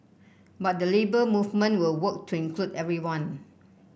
but the Labour Movement will work to include everyone